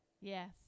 Yes